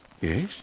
Yes